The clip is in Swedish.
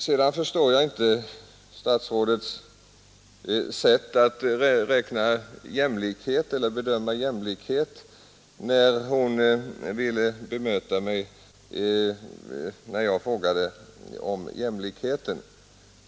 Jag förstod vidare inte statsrådets svar på min fråga om jämlikheten.